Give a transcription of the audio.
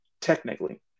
technically